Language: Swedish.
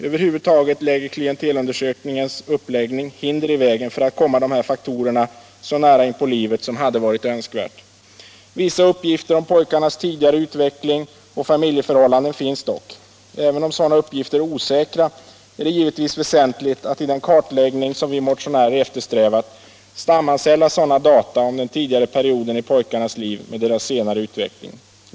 Över huvud taget lägger klientelundersökningens uppläggning hinder i vägen för att komma dessa faktorer så nära in på livet som hade varit önskvärt. Vissa uppgifter om pojkarnas tidigare utveckling och familjeförhållanden finns dock. Även om sådana uppgifter är osäkra, är det givetvis väsentligt att i den kartläggning som vi motionärer eftersträvat sammanställa sådana data om den tidigaste perioden i pojkarnas liv med deras senare utveckling.